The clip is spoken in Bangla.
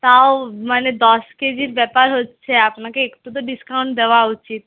তাও মানে দশ কে জির ব্যপার হচ্ছে আপনাকে একটু তো ডিস্কাউন্ট দেওয়া উচিৎ